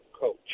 coach